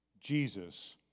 Jesus